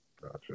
Gotcha